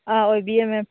ꯑꯥꯎ ꯑꯣꯏꯕꯤꯌꯦ